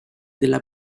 della